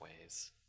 ways